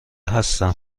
هستم